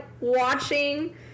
watching